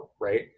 right